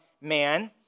man